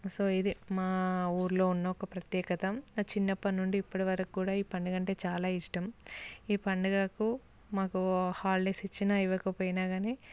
so ఇది మా ఊళ్ళో ఉన్న ఒక ప్రత్యేకత నా చిన్నప్పటి నుంచి ఇప్పటి వరకు కూడా ఈ పండుగ అంటే చాలా ఇష్టం ఈ పండుగకు మాకు హాలిడేస్ ఇచ్చిన ఇవ్వకపోయినా కానీ